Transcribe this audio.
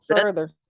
further